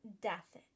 death